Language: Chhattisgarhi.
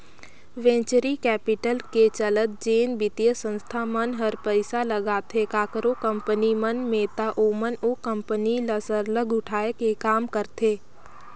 वेंचरी कैपिटल के चलत जेन बित्तीय संस्था मन हर पइसा लगाथे काकरो कंपनी मन में ता ओमन ओ कंपनी ल सरलग उठाए के काम करथे